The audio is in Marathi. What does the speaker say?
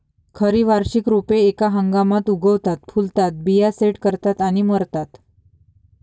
खरी वार्षिक रोपे एका हंगामात उगवतात, फुलतात, बिया सेट करतात आणि मरतात